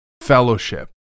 fellowship